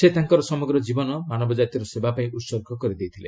ସେ ତାଙ୍କର ସମଗ ଜ୍ଜୀବନ ମାନବ କ୍ରାତିର ସେବା ପାଇଁ ଉତ୍ସର୍ଗ କରିଦେଇଥିଲେ